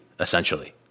essentially